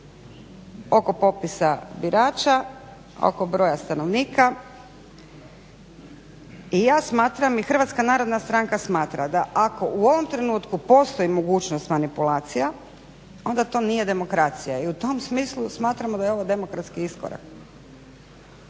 oko popisa birača, oko broja stanovnika i ja smatram i HNS smatra da ako u ovom trenutku postoji mogućnost manipulacija onda to nije demokracija. I u tom smislu smatramo da je ovo demokratski iskorak.